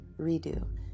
redo